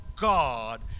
God